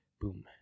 boom